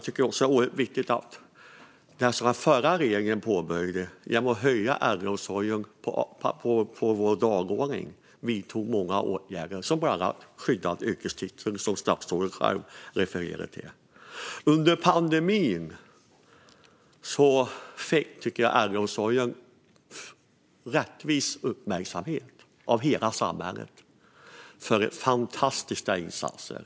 Det som den förra regeringen påbörjade genom att sätta äldreomsorgen högre upp på dagordningen var också oerhört viktigt. Många åtgärder vidtogs, bland annat skyddad yrkestitel, som statsrådet själv refererade till. Under pandemin fick äldreomsorgen rättvis uppmärksamhet av hela samhället för fantastiska insatser.